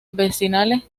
vecinales